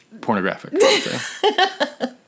pornographic